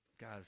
guys